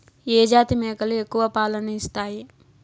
ఏ జాతి మేకలు ఎక్కువ పాలను ఇస్తాయి?